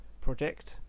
project